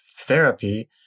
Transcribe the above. therapy